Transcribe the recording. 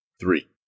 three